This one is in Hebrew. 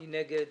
מי נגד?